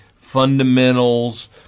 fundamentals